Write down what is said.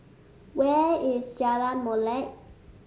where is Jalan Molek